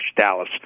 Dallas